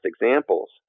examples